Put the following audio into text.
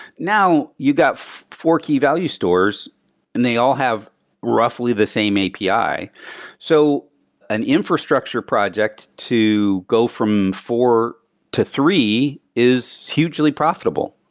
now you got four key value stores and they all have roughly the same api. so an infrastructure project to go from four to three is hugely profitable,